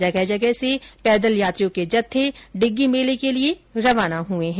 जगह जगह से पैदल यात्रियों के जत्थे डिग्गी मेले के लिये रवाना हुए है